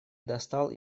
достал